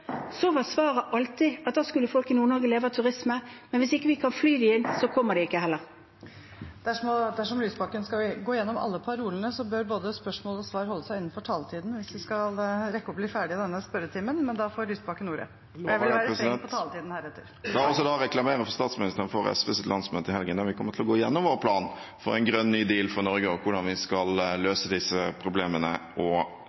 leve av turisme. Men hvis vi ikke kan fly dem inn , kommer de heller ikke. Dersom representanten Lysbakken skal gå gjennom alle parolene, bør både spørsmål og svar holde seg innenfor taletiden hvis vi skal rekke å bli ferdig i denne spørretimen. Audun Lysbakken til oppfølgingsspørsmål, og jeg vil være streng på taletiden heretter. Jeg lover det, president! La meg da – for statsministeren – reklamere for SVs landsmøte i helgen, der vi kommer til å gå gjennom vår plan for en grønn ny deal for Norge, og hvordan vi skal løse disse problemene og